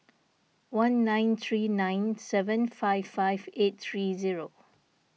one nine three nine seven five five eight three zero